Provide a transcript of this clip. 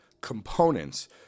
components